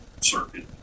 circuit